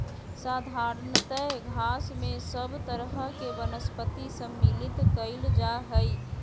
साधारणतय घास में सब तरह के वनस्पति सम्मिलित कइल जा हइ